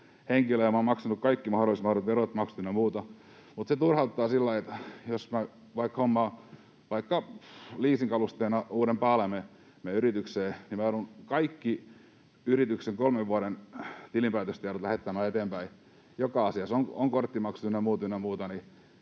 henkilöä, ja olen maksanut kaikki mahdolliset verot, maksut ynnä muuta. Mutta se turhauttaa, että jos hommaan vaikka leasingkalusteena uuden paalaimen meidän yritykseen, niin joudun kaikki yrityksen kolmen vuoden tilinpäätöstiedot lähettämään eteenpäin joka asiassa — on korttimaksut ynnä muuta